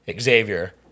Xavier